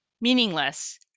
meaningless